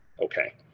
okay